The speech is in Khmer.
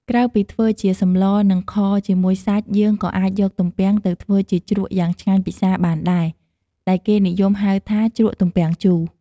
ក្រៅពីធ្វើជាសម្ល និង ខជាមួយសាច់ យើងក៏អាចយកទំពាំងទៅធ្វើជាជ្រក់យ៉ាងឆ្ងាញ់ពិសាបានដែរ ដែលគេនិយមហៅថា ជ្រក់ទំពាងជូរ។